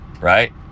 right